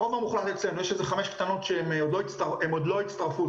הרוב המוחלט אצלנו יש 5 חברות קטנות שעוד לא הצטרפו,